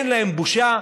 אין להם בושה,